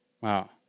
Wow